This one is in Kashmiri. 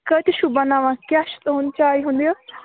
کۭتِس چھُو بَناوان کیٛاہ چھُو تُہنٛد چایہِ ہُنٛد یہِ